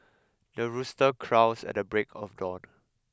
the rooster crows at the break of dawn